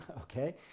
okay